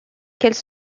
quelles